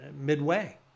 midway